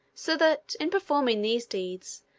so that, in performing these deeds,